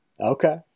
Okay